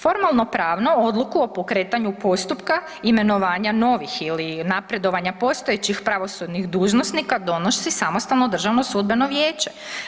Formalno-pravno odluku o pokretanju postupku imenovanja novih ili napredovanja postojećih pravosudnih dužnosnika donosi samostalno Državno sudbeno vijeće.